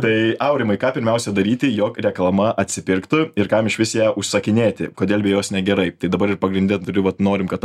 tai aurimai ką pirmiausia daryti jog reklama atsipirktų ir kam išvis ją užsakinėti kodėl be jos negerai tai dabar ir pagrinde turi vat norim kad